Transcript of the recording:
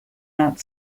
out